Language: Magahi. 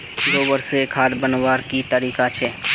गोबर से खाद बनवार की तरीका छे?